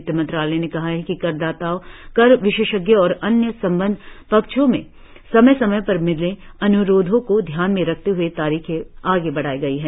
वित्त मंत्रालय ने कहा है कि कर दाताओं कर विशेषज्ञों और अन्य संबद्ध पक्षों से समय समय पर मिले अनुरोधों को ध्यान में रखते हुए तारीखें आगे बढ़ाई गई हैं